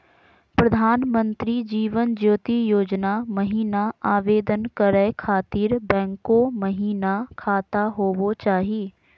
प्रधानमंत्री जीवन ज्योति योजना महिना आवेदन करै खातिर बैंको महिना खाता होवे चाही?